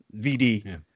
VD